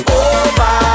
over